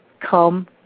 come